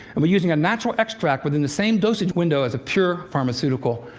and we're using a natural extract within the same dosage window as a pure pharmaceutical.